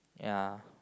ya